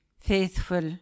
faithful